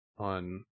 On